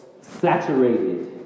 saturated